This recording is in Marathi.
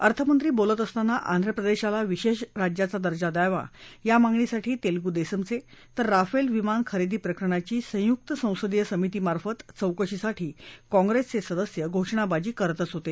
अर्थमंत्री बोलत असताना आंध्र प्रदेशाला विशेष राज्याचा दर्जा द्यावा या मागणीसाठी तेलगु देसमचे तर राफेल विमान खरेदी प्रकरणाची संयुक्त संसदीय समिती मार्फत चौकशीसाठी कॉंग्रेसचे सदस्य घोषणाबाजी करतच होते